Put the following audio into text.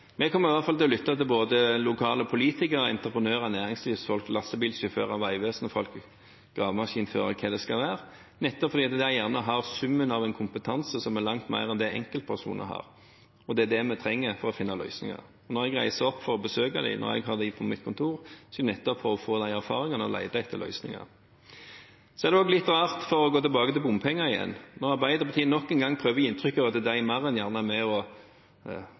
Vi kommer i alle fall til å lytte til både lokale politikere, entreprenører, næringslivsfolk, lastebilsjåfører, Vegvesenet, gravemaskinførere – hva det skal være – nettopp fordi de gjerne har summen av en kompetanse som er langt mer enn det enkeltpersoner har, og det er det vi trenger for å finne løsninger. Når jeg reiser opp for å besøke dem, og når jeg har dem på mitt kontor, er det nettopp for å få disse erfaringene og lete etter løsninger. Så er det også litt rart – for å gå tilbake til bompengene igjen – at Arbeiderpartiet nok en gang prøver å gi inntrykk av at de mer enn gjerne er med